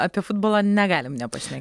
apie futbolą negalim nepa